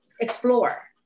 explore